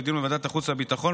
לדיון בוועדת החוץ והביטחון.